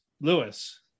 Lewis